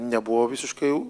nebuvo visiškai